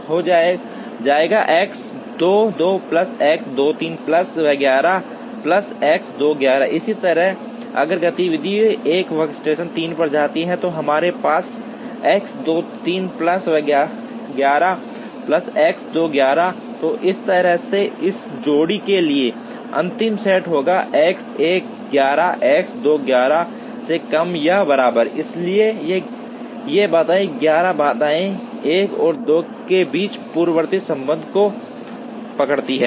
हो जाएगा x 2 2 plus x 2 3 plus वगैरह प्लस एक्स 2 11 इसी तरह अगर गतिविधि 1 वर्कस्टेशन 3 पर जाती है तो हमारे पास एक्स 2 3 प्लस वगैरह प्लस एक्स 2 11 तो इस तरह इस जोड़ी के लिए अंतिम सेट होगा X 1 11 X 2 11 से कम या बराबर है इसलिए ये 11 बाधाएं 1 और 2 के बीच पूर्ववर्ती संबंध को पकड़ती हैं